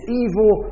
evil